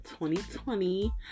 2020